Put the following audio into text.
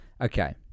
okay